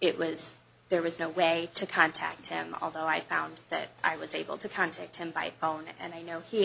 it was there was no way to contact him although i found that i was able to contact him by phone and i know he